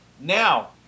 Now